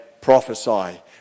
prophesy